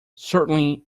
certainly